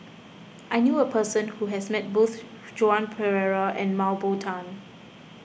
I knew a person who has met both Joan Pereira and Mah Bow Tan